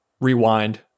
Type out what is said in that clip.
rewind